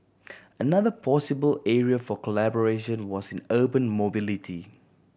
another possible area for collaboration was in urban mobility